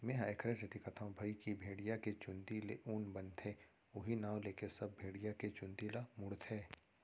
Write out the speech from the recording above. मेंहा एखरे सेती कथौं भई की भेड़िया के चुंदी ले ऊन बनथे उहीं नांव लेके सब भेड़िया के चुंदी ल मुड़थे